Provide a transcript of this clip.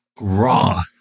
raw